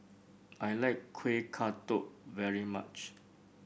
I like Kueh Kodok very much